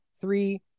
three